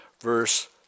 verse